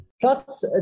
Plus